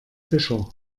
fischer